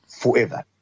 forever